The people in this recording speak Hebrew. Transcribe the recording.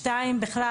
שתיים, בכלל